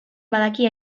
badaki